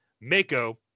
Mako